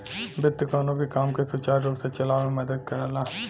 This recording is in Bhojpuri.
वित्त कउनो भी काम के सुचारू रूप से चलावे में मदद करला